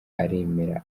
aremera